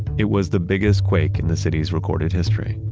it was the biggest quake in the city's recorded history,